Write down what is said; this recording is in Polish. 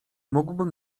mógłbym